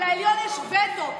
לעליון יש וטו.